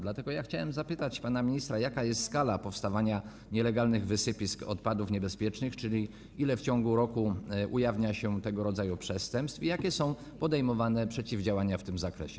Dlatego chciałbym zapytać pana ministra, jaka jest skala powstawania nielegalnych wysypisk odpadów niebezpiecznych, czyli ile w ciągu roku ujawnia się tego rodzaju przestępstw, i jakie są podejmowane działania w tym zakresie.